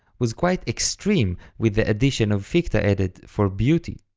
was quite extreme with the addition of ficta added for beauty,